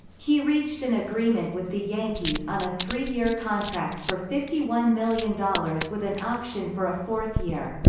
he reached an agreement with the yankees on a three-year contract for fifty one million dollars with an option for a fourth year.